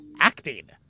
acting